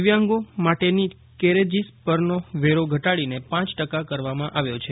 દિવ્યાંગો માટેની કેરેજીસ પરનો વેરો ઘટાડીને પાંચ ટકા કરવામાં આવ્યો છે